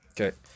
Okay